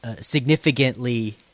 Significantly